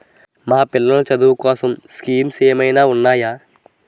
మా పిల్లలు చదువు కోసం స్కీమ్స్ ఏమైనా ఉన్నాయా?